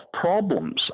problems